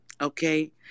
Okay